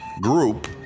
group